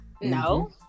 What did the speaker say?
No